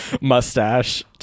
Mustache